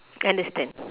I understand